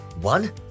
One